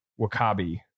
Wakabi